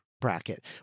bracket